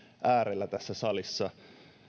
äärellä tässä salissa